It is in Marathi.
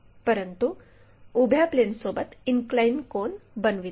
परंतु उभ्या प्लेनसोबत इनक्लाइन कोन बनवित आहे